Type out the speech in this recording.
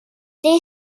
they